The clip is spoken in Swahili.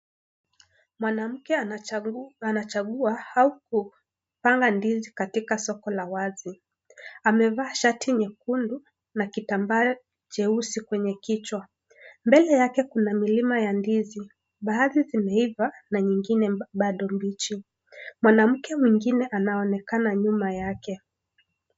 Mwanamke anachagua au kupanga ndizi katika siko la wazi amevaa shati nyekundu na kitambaa jeusi kwenye kichwa, mbele yake kuna mlima ya ndizi baadhi zimeiva na nyingine bado mbichi. Mwanamke mwingine anaonekana nyuma yake.